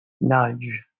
nudge